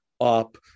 up